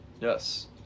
Yes